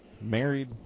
married